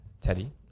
Teddy